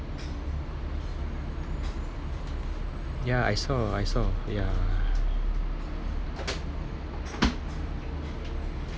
ya I saw I saw ya